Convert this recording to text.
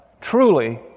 truly